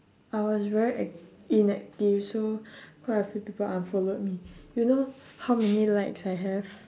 I was very ac~ inactive so quite a few people unfollowed me you know how many likes I have